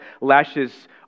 lashes